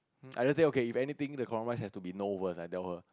I just say okay if anything the compromise has to be no worse I tell her